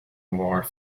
more